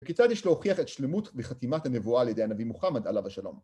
וכיצד יש להוכיח את שלמות וחתימת הנבואה על ידי הנביא מוחמד, עליו השלום.